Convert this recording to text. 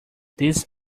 this